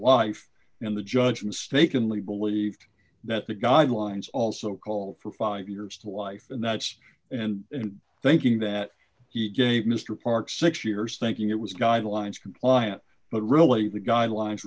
life and the judge mistakenly believed that the guidelines also call for five years to life and that's and thinking that he gave mr park six years thinking it was guidelines compliant but really the guidelines